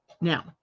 Now